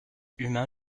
humain